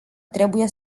trebuie